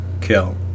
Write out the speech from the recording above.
Kill